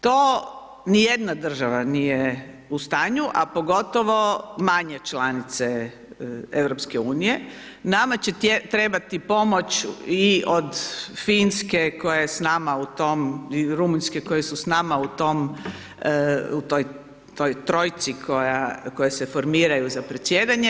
To ni jedna država nije u stanju, a pogotovo manje članice EU, nama će trebati pomoć i od Finske, koja je s nama u tom i Rumunjske, koje su s nama u toj trojci koja se formiraju za predsjedanje.